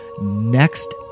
next